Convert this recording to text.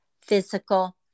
physical